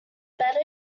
better